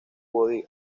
woody